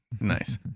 Nice